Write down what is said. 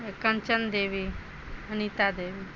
Kanchan Devi Anita Devi